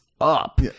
up